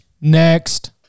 next